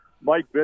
Mike